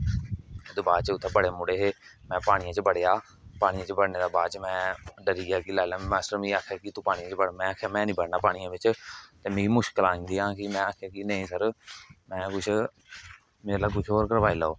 तू बाद च उत्थै ब़डे मुडे़ हे में पानी च बड़ेआ पानियै च बड़ने दे बाद च में डरी गेआ कि पहले मास्टरे मिगी आखेआ कि तू पानियै अंदर बड़ में आखेआ में नेईं बड़ना पानियै बिच ते मिगी मुश्कल आई जंदिया में आखेआ कि नेईं सर में कुछ मेरे कोला कुछ और करवाई लैओ